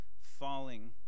Falling